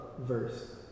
verse